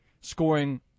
scoring